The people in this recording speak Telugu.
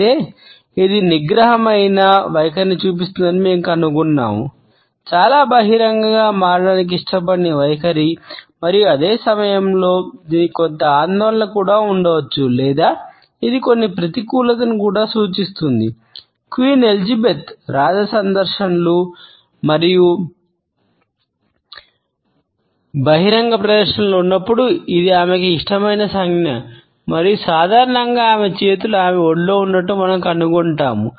అయితే ఇది నిగ్రహంమైన రాజ సందర్శనలు మరియు బహిరంగ ప్రదర్శనలలో ఉన్నప్పుడు ఇది ఆమెకు ఇష్టమైన సంజ్ఞ మరియు సాధారణంగా ఆమె చేతులు ఆమె ఒడిలో ఉంచినట్లు మనం కనుగొంటాము